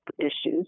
issues